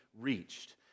reached